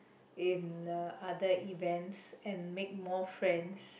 in other events and make more friends